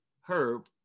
herb